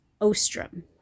Ostrom